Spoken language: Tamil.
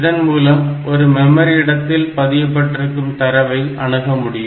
இதன் மூலம் ஒரு மெமரி இடத்தில் பதியப்பட்டிருக்கும் தரவை அணுகமுடியும்